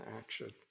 action